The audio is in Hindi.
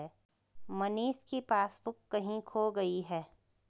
मनीष की पासबुक कहीं खो गई है